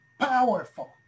powerful